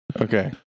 Okay